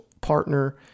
partner